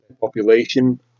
population